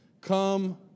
come